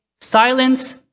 silence